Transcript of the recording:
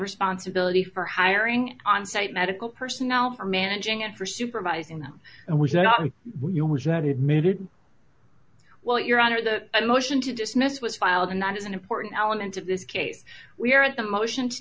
responsibility for hiring onsite medical personnel for managing and for supervising them and we set up was that he admitted well your honor the motion to dismiss was filed and that is an important element of this case we are the motion to